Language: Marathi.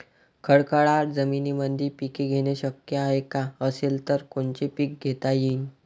खडकाळ जमीनीमंदी पिके घेणे शक्य हाये का? असेल तर कोनचे पीक घेता येईन?